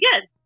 good